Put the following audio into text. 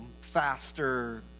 faster